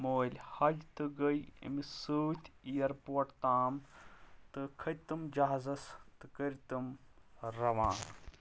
مٲلۍ حج تہٕ گٔیے أمِس سۭتۍ اِیَر پورٹ تام تہٕ کھٔتۍ تِم جَہازَس تہٕ کٔرۍ تِم روانہٕ